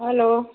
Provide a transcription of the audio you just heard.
hello